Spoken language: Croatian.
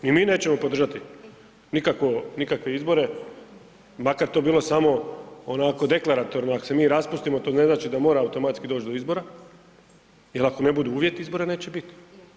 Ni mi nećemo podržati nikakvo, nikakve izbore makar to bilo samo onako deklaratorno, ak se mi raspustimo to ne znači da mora automatski doći do izbora jer ako ne budu uvjeti izbora neće biti.